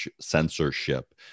censorship